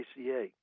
ACA